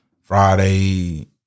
Friday